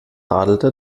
radelte